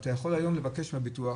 אתה יכול היום לבקש מהביטוח,